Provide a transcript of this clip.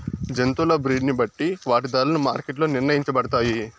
జంతువుల బ్రీడ్ ని బట్టి వాటి ధరలు మార్కెట్ లో నిర్ణయించబడతాయి